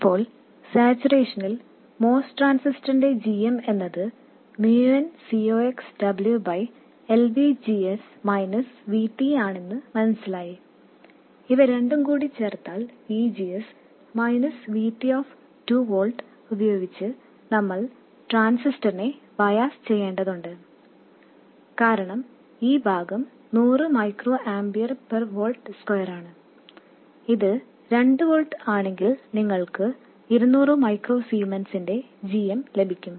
ഇപ്പോൾ സാച്ചുറേഷനിൽ MOS ട്രാൻസിസ്റ്ററിന്റെ gm എന്നത് mu n Cox W by VGS minus VT ആണെന്ന് മനസ്സിലായി ഇവ രണ്ടും കൂടി ചേർത്താൽ VGS minus VT of 2 volts ഉപയോഗിച്ച് നമ്മൾ ട്രാൻസിസ്റ്ററിനെ ബയാസ് ചെയ്യേണ്ടതുണ്ട് കാരണം ഈ ഭാഗം 100 മൈക്രോ ആമ്പിയർ പെർ വോൾട്ട് സ്ക്വയറാണ് ഇത് 2 വോൾട്ട് ആണെങ്കിൽ നിങ്ങൾക്ക് 200 മൈക്രോ സീമെൻസിന്റെ gm ലഭിക്കും